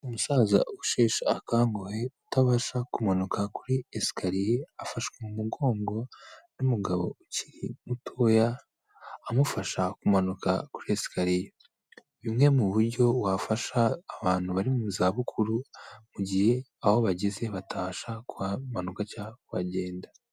Umusaza usheshe akanguhe, utabasha kumanuka kuri esikariye, afashwe mu mugongo n'umugabo ukiri mutoya, amufasha kumanuka kuri esikariye, bumwe mu buryo wafasha abantu bari mu zabukuru, mu gihe aho bageze batabasha kumanuka cyangwa kugenda.